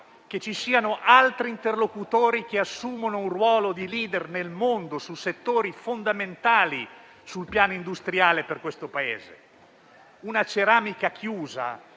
che ci siano altri interlocutori che assumono un ruolo di *leader* nel mondo su settori fondamentali sul piano industriale per il Paese. Una ceramica chiusa